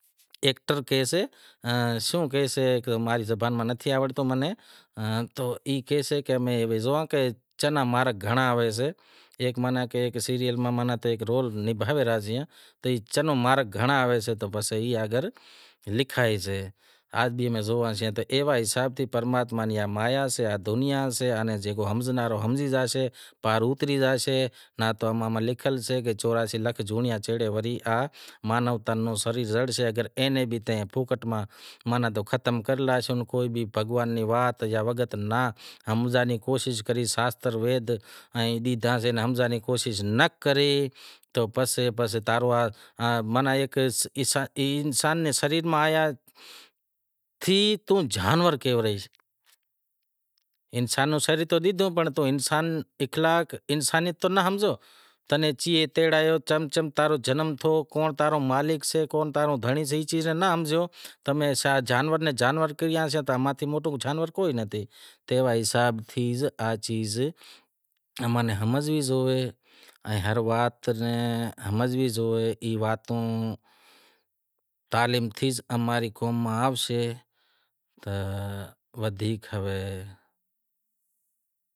ایکٹر کہیسے شوں کہیسے کہ ماں ری زبان میں نتھی آوڑتو منیں تو ای کہیسے کہ میں ای زوئاں کہ چہ ناں مارگ گھنڑاں ہوئیسیں ایک ماناں کی ایک سیریل ماں رول نبھاوے ریاسیں تو چہ ناں مارگ گھنڑا آویسیں تو ای اگر لکھائسے تو ایوا حساب سیں امیں زوئاں تو پرماتما نیں مایا سے دنیا سے، ہمزنڑ واڑو ہمزی زاسے، ناں تو لکھیل سے کہ چوراسی لکھ جونڑیاں چیڑے وری مانو رو شریر زڑشے ماناں اینے بھی تمیں فوکٹ میں ختم کری لاشو ماناں بھگوان ری وات یا وگت ناں ہمزنڑ ری کوشش کری وید شاستراں ناں ہمزنڑ ری کوشش ناں کری تو پسے تاں رو ماناں انسان رے سریر ماں آیا تھی پر توں جانور کہیو رہیس، انسان رو سریر تو ڈیدہو پنڑ تو انسان اخلاقیات انسانیت تو ناں ہمزو، تناں چی تیڑایو چم چم تاں رو جنم تھیو، کونڑ تاں رو مالک سے کونڑ تاں رو دھنڑی سے ای چیزیں ناں ہمزیو تو ہمیشہ جانور ناں جانور کہیشاں، تیں متھی موٹو جانور کوئی نتھی، تیوا حساب سیں اماں نیں ہمزنوی زووئے، ای واتوں تعلیم اماری قوم میں آوسے۔